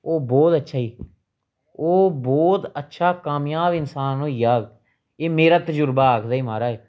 ओह् बोह्त अच्छा ही ओह् बोह्त अच्छा कामजाब इंसान होई जाह्ग एह् मेरा तजुर्बा आखदा ई महाराज